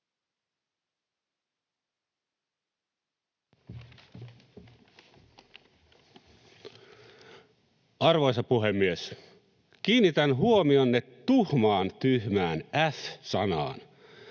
Arvoisa puhemies! Kiinnitän huomionne tuhmaan, tyhmään f-sanaan.